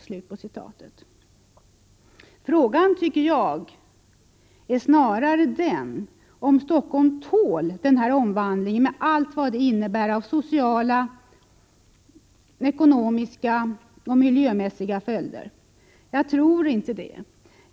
Frågan är, tycker jag, snarare om Stockholm tål den här omvandlingen med allt vad den innebär av sociala, ekonomiska och miljömässiga följder. Jag tror inte det.